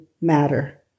matter